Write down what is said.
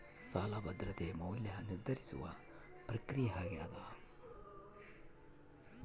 ಸಾಲ ಭದ್ರತೆಯ ಮೌಲ್ಯ ನಿರ್ಧರಿಸುವ ಪ್ರಕ್ರಿಯೆ ಆಗ್ಯಾದ